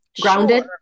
grounded